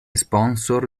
sponsor